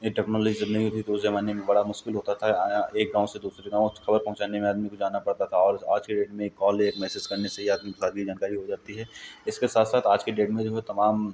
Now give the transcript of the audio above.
ये टेक्नोलॉजी ज़ब नहीं हाेती थी तो उस ज़माने में बड़ा मुश्किल होता था यां एक गाँव से दूसरे गाँव उसे खबर पहुँचाने में आदमी को जाना पड़ता था और आज की डेट में एक कॉल एक मैसेज़ करने से ही आदमी को सारी जानकारी हो जाती है इसके साथ साथ आज की डेट में जो है तमाम